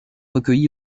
recueillie